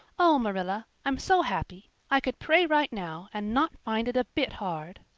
oh, marilla, i'm so happy. i could pray right now and not find it a bit hard.